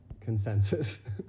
consensus